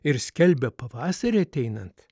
ir skelbia pavasarį ateinant